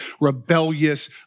rebellious